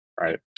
right